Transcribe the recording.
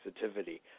sensitivity